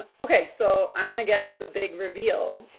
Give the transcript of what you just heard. ok. so i want to get to the big reveal,